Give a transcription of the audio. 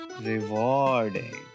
Rewarding